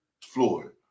Floyd